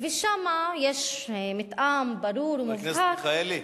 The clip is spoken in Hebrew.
שם יש מתאם ברור ומובהק, חבר הכנסת מיכאלי,